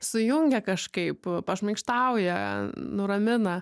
sujungia kažkaip pašmaikštauja nuramina